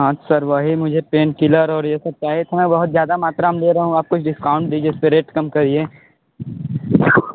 हाँ सर वही मुझे पेन किलर और ये सब चाहिए था मैं बहुत ज़्यादा मात्रा में ले रहा हूँ आप कुछ डिस्काउंट दीजिए पर रेट कम करिए